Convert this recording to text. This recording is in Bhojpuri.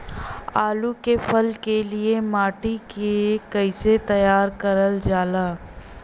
आलू क फसल के लिए माटी के कैसे तैयार करल जाला?